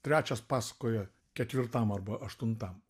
trečias pasakoja ketvirtam arba aštuntam